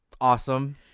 awesome